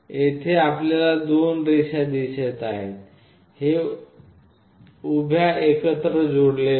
येथे आपल्याला दोन रेषा दिसत आहेत हे उभ्या एकत्र जोडलेले आहेत